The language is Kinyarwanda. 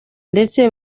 ndetse